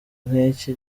nk’iki